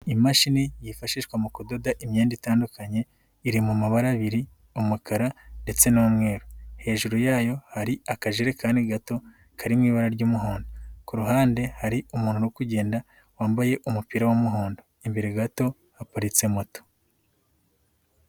Imashini yifashishwa mu kudoda imyenda itandukanye, iri mu mabara abiri, umukara ndetse n'umweru, hejuru yayo hari akajerekani gato kari mu ibara ry'umuhondo, ku ruhande hari umuntu uri kugenda wambaye umupira w'umuhondo, imbere gato haparitse moto.